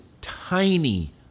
tiny